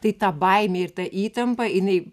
tai ta baimė ir ta įtampa jinai